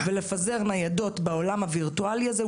ולפזר ניידות בעולם הווירטואלי הזה,